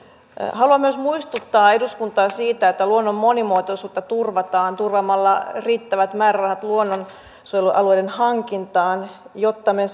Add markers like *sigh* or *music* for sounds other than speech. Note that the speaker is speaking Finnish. haluan myös muistuttaa eduskuntaa siitä että luonnon monimuotoisuutta turvataan turvaamalla riittävät määrärahat luonnonsuojelualueiden hankintaan jotta me *unintelligible*